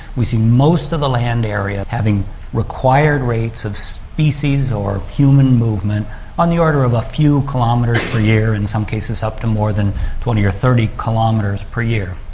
we see most of the land area having required rates of the species or human movement on the order of a few kilometres per year, in some cases up to more than twenty or thirty kilometres per year.